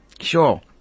Sure